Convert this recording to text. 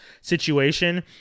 situation